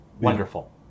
Wonderful